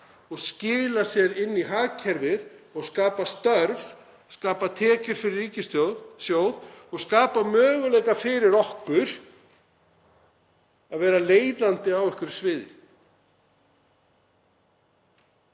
og skila sér inn í hagkerfið og skapa störf, skapa tekjur fyrir ríkissjóð og skapa möguleika fyrir okkur að vera leiðandi á einhverju sviði.